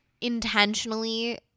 intentionally